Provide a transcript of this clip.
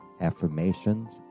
affirmations